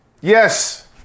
Yes